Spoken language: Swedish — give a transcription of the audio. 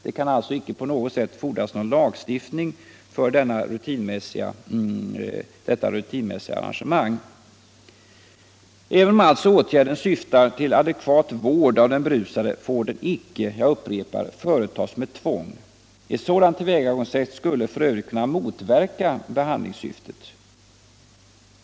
Det kan alltså icke på något Onsdagen den om åtgärden ytterst syftar till adekvat vård av den berusade, får den 19 maj 1976 icke — jag upprepar det — företas med ivång. Ett sådant tillvägagångssätt oo skulle f.ö. kunna motverka behandlingssyftet.